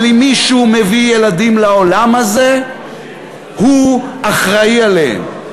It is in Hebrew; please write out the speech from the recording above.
אבל אם מישהו מביא ילדים לעולם הזה הוא אחראי עליהם.